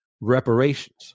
reparations